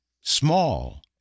small